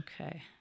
Okay